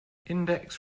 index